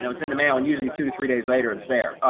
it's in the mail and usually two to three days later, it's there.